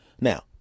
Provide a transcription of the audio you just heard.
Now